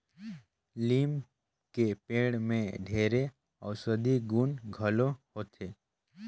लीम के पेड़ में ढेरे अउसधी गुन घलो होथे